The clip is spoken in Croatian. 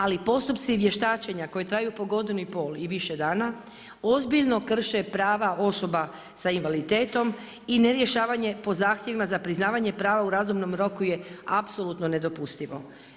Ali postupci i vještačenja koji traju po godinu i pol i više dana ozbiljno krše prava osoba sa invaliditetom i ne rješavanje po zahtjevima za priznavanje prava u razumnom roku je apsolutno nedopustivo.